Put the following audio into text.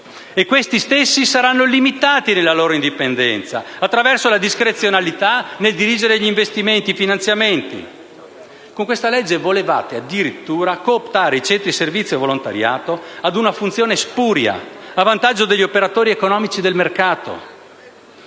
questi stessi saranno limitati nella loro indipendenza attraverso la discrezionalità nel dirigere gli investimenti e i finanziamenti. Con il disegno di legge in esame volevate addirittura cooptare i centri servizio volontariato ad una funzione spuria a vantaggio degli operatori economici del mercato.